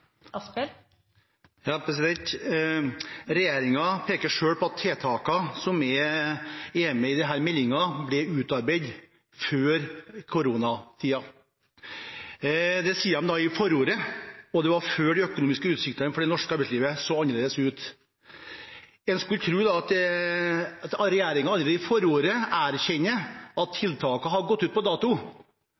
ble utarbeidet før koronatiden. Det sier de i forordet, og det var før de økonomiske utsiktene for det norske arbeidslivet så annerledes ut. Da skulle en tro at regjeringen allerede i forordet erkjente at tiltakene har gått ut på dato.